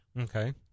Okay